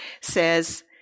says